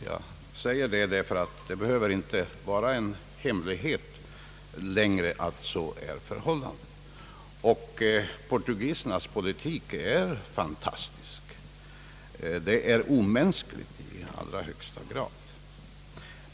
Jag säger detta, därför att det inte längre behöver vara en hemlighet att så är förhållandet. Portugisernas politik är fantastisk — den är omänsklig i allra högsta grad.